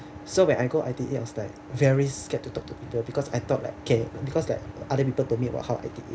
so when I go I_T_E I was like very scared to talk to people because I thought like okay because like other people told me about how I_T_E